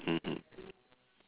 mmhmm